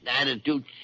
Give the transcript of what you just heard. attitude